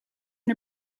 and